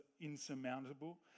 insurmountable